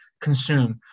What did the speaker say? consume